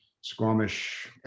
Squamish